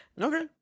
Okay